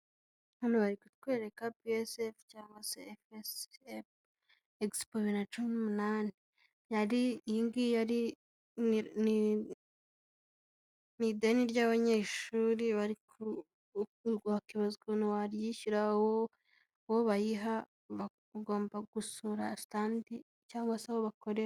Hano bari kutwereka BSF cyangwa se egisipo ya bibiri na cumi n'umunani yariyingi mu ideni ry'abanyeshuri barikibazazwa ukuntuntu waryishyura, uwo bayiha agomba gusura standi cyangwa se aho bakorera.